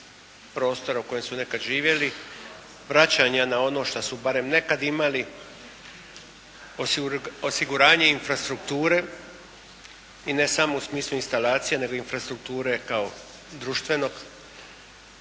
prostora u kojem su nekad živjeli, vraćanje na ono što su barem nekad imali. Osiguranje infrastrukture i ne samo u smislu instalacija nego infrastrukture kao društvenog